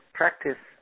practice